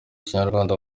kinyarwanda